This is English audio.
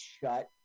shut